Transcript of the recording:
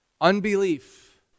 Unbelief